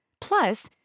Plus